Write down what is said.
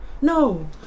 No